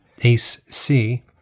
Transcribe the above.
ACE-C